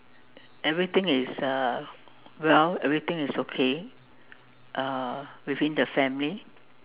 everything is uh well everything is okay uh within the family